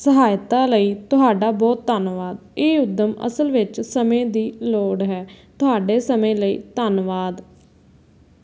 ਸਹਾਇਤਾ ਲਈ ਤੁਹਾਡਾ ਬਹੁਤ ਧੰਨਵਾਦ ਇਹ ਉੱਦਮ ਅਸਲ ਵਿੱਚ ਸਮੇਂ ਦੀ ਲੋੜ ਹੈ ਤੁਹਾਡੇ ਸਮੇਂ ਲਈ ਧੰਨਵਾਦ